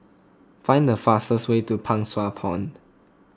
find the fastest way to Pang Sua Pond